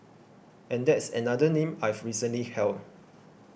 and that's another name I've recently held